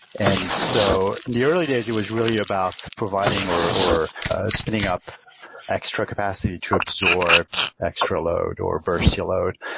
and so in the early days, it was really about providing or or spinning up extra capacity to absorb extra load or burst your load.